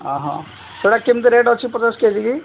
ଅଃ ସେଟା କେମିତି ରେଟ୍ ଅଛି ପଚାଶ କେଜି କି